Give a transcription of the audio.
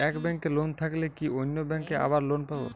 এক ব্যাঙ্কে লোন থাকলে কি অন্য ব্যাঙ্কে আবার লোন পাব?